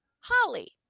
Holly